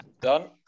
Done